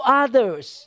others